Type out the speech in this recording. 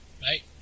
right